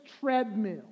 treadmill